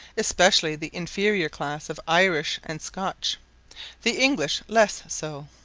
especially the inferior class of irish and scotch the english less so.